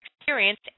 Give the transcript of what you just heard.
experience